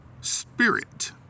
spirit